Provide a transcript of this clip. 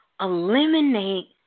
eliminate